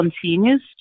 continues